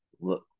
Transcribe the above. look